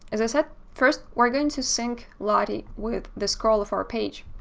as i said first we're going to sync lottie with the scroll of our page.